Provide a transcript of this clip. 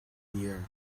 year